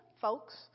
folks